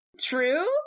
True